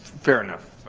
fair enough.